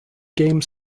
game